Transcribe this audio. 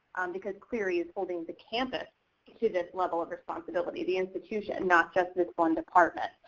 because clery is holding the campus to this level of responsibility. the institution, not just this one department.